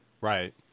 Right